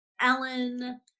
Ellen